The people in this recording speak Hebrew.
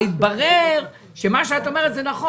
לצערי, הבעיות לא נפתרות עכשיו.